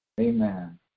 amen